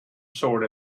sword